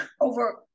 over